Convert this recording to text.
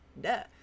duh